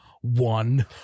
one